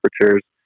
temperatures